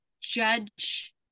judge